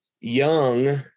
young